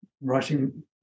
writing